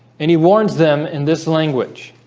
and he warns them in this language